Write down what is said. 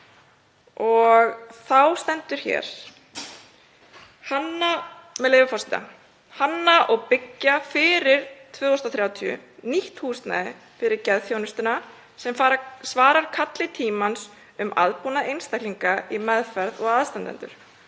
Það stendur hér, með leyfi forseta: „Hanna og byggja fyrir 2030 nýtt húsnæði fyrir geðþjónustuna sem svarar kalli tímans um aðbúnað einstaklinga í meðferð og aðstandendur,